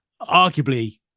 arguably